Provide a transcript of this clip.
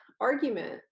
argument